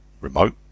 remote